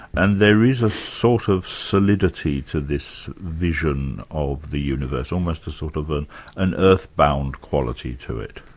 and there is a sort of solidity to this vision of the universe, almost a sort of of an earthbound quality to it.